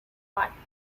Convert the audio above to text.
department